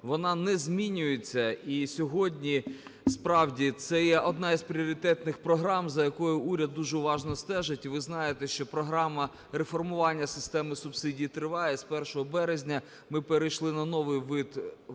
Вона не змінюється. І сьогодні справді це є одна з пріоритетних програм, за якою уряд дуже уважно стежить. І ви знаєте, що програма реформування системи субсидій триває, з 1 березня ми перейшли на новий вид видачі цих